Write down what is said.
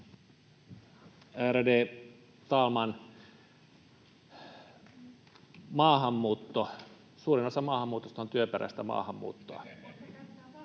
Ärade talman! Maahanmuutto, suurin osa maahanmuutosta, on työperäistä maahanmuuttoa.